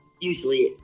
Usually